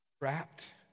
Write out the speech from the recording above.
trapped